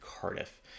Cardiff